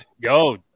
Yo